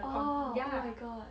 orh oh my god